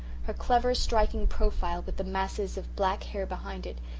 her clever, striking profile, with the masses of black hair behind it,